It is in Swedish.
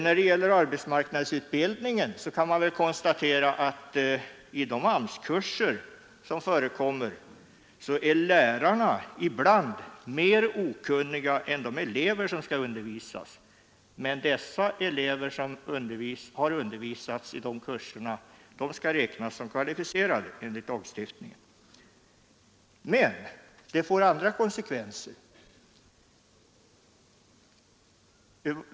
När det gäller arbetsmarknadsutbildningen kan man konstatera att i de AMS-kurser som förekommer är lärarna ibland mer okunniga än de elever som skall undervisas, men dessa elever — som alltså har undervisats i de kurserna — skall ändå räknas som kvalificerade enligt lagstiftningen. Men denna lagstiftning får också andra konsekvenser.